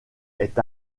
est